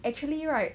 actually right